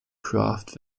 craft